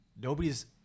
Nobody's